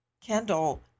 Kendall